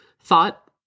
Thought